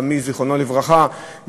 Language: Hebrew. חמי זיכרונו לברכה,